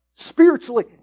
spiritually